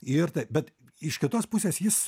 ir taip bet iš kitos pusės jis